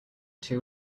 two